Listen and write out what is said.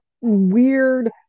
weird